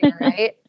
right